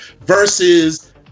versus